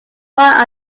one